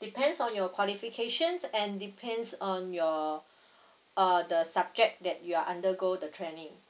depends on your qualifications and depends on your uh the subject that you are undergo the training